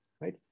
right